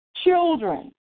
Children